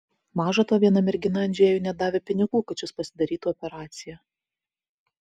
maža to viena mergina andžejui net davė pinigų kad šis pasidarytų operaciją